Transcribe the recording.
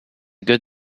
good